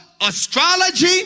astrology